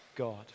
God